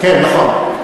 כן, נכון.